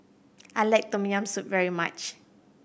I like Tom Yam Soup very much